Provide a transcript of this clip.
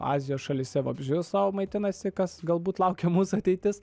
azijos šalyse vabzdžiu sau maitinasi kas galbūt laukia mūsų ateitis